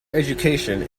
education